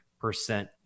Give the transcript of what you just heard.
percent